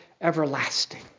everlasting